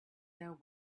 their